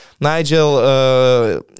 Nigel